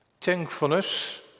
thankfulness